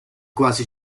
quasi